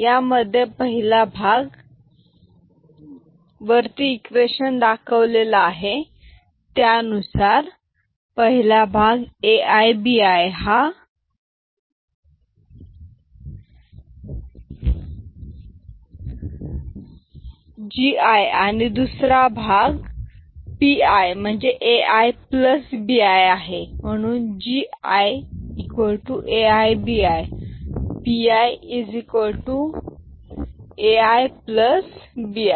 यामध्ये पहिला भाग A i B i हा Gi आणि दुसरा भाग Pi Ai Bi आहे Gi AiBi Pi Ai Bi